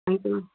thank you ma'am